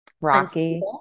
rocky